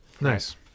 Nice